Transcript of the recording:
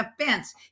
offense